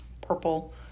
purple